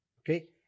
okay